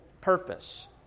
purpose